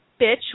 bitch